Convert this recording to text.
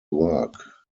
work